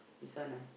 this one ah